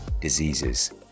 diseases